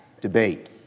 debate